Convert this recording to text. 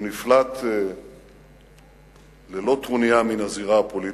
הוא נפלט ללא טרוניה מן הזירה הפוליטית.